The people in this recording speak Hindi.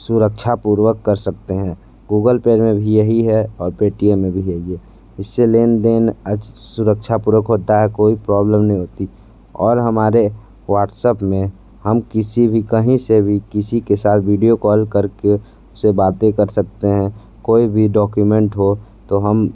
सुरक्षापूर्वक कर सकते हैं गूगल पे में भी यही है और पे टीएम में भी यही है इससे लेन देन सुरक्षापूर्वक होता है कोई प्रॉब्लम नहीं होती और हमारे व्हाट्सऐप्प में हम किसी भी कहीं से भी किसी के साथ वीडिओ कॉल करके उससे बातें कर सकते हैं कोई भी डॉक्यूमेंट हो